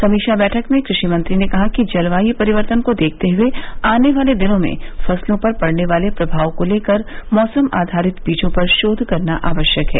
समीक्षा बैठक में कृषि मंत्री ने कहा कि जलवायु परिवर्तन को देखते हुए आने वाले दिनों में फसलों पर पड़ने वाले प्रभाव को लेकर मौसम आधारित बीजों पर शोध करना आवश्यक है